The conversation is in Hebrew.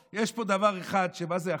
אבל פה, יש פה דבר אחד, מה זה החמאס?